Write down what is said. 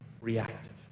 reactive